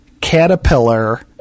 Caterpillar